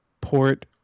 port